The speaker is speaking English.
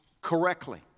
correctly